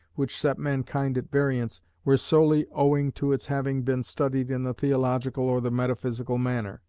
which set mankind at variance, were solely owing to its having been studied in the theological or the metaphysical manner,